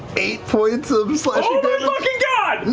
eight points of slashing damage.